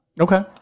Okay